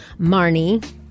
marnie